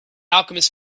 alchemists